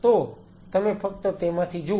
તો તમે ફક્ત તેમાંથી જુઓ